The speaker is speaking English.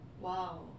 wow